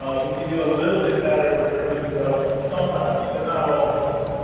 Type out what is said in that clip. we can do a little bit better with urban development sometimes, but not all the time.